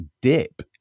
dip